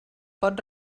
pot